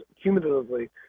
cumulatively